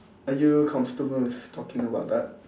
are you comfortable with talking about that